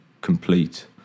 complete